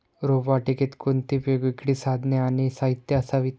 रोपवाटिकेत कोणती वेगवेगळी साधने आणि साहित्य असावीत?